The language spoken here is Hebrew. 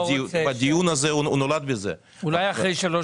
הדיון הזה נולד מזה --- אולי אחרי שלוש